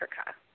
Africa